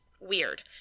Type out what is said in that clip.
weird